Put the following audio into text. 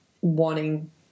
wanting